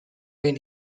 mean